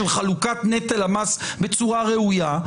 של חלוקת נטל המס בצורה ראויה,